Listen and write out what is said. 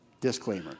disclaimer